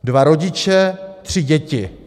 Dva rodiče, tři děti.